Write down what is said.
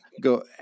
go